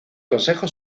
consejo